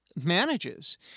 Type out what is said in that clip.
manages